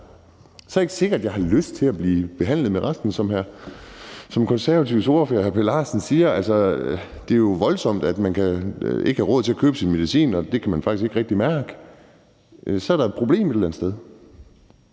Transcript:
så er det ikke sikkert, jeg har lyst til at blive behandlet for resten. Som Konservatives ordfører, hr. Per Larsen, siger, er det jo voldsomt, at man ikke kan have råd til at købe sin medicin, og man faktisk ikke rigtig kan mærke det. Så er der et problem et eller andet sted.